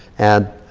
and,